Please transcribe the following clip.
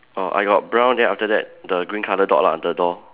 err I got brown then after that the green colour dot lah the door